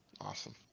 awesome